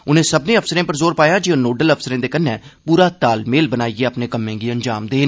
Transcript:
उनें सब्मनें अफसरें पर जोर पाया जे ओह् नोडल अफसरें दे कन्नै पूरा तालमेल बनाइयै कम्में गी अंजाम देन